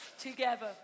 together